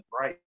right